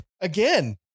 Again